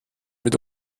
mit